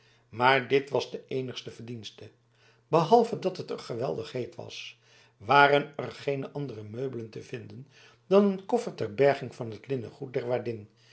maar dit was de eenigste verdienste behalve dat het er geweldig heet was waren er geene andere meubelen te vinden dan een koffer ter berging van het linnengoed der waardin